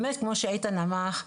באמת כמו שאיתן אמר,